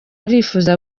arifuriza